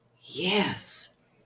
yes